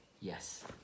yes